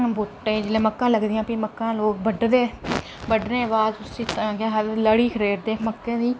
बूह्टे ई जेल्लै मक्का लगदियां भी मक्का लोक बड्ढदे बड्ढनें दे बाद उसी केह् आखदे लड़ी खरेड़दे मक्कें दी